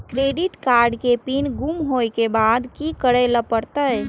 Credit card के PIN गुम होय के बाद की करै ल परतै?